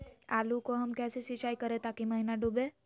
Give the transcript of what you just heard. आलू को हम कैसे सिंचाई करे ताकी महिना डूबे?